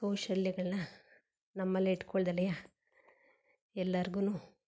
ಕೌಶಲ್ಯಗಳನ್ನು ನಮ್ಮಲ್ಲೆ ಇಟ್ಕೊಳ್ದಲೆ ಎಲ್ಲಾರ್ಗೂ